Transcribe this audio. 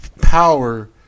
power